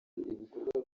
ibikorwa